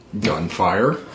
Gunfire